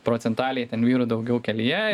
procentaliai ten vyrų daugiau kelyje